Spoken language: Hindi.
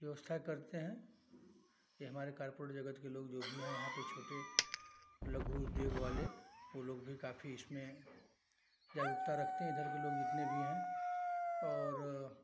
व्यवस्था करते हैं कि हमारे कॉरपोरेट जगत के जो भी लोग हैं यहाँ पर छोटे लघु उद्योग वाले वह लोग भी काफी इसमें जागरूकता रखते हैं इधर के लोग जितने भी हैं और